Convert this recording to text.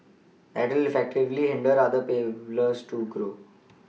that will effectively hinder other players to grow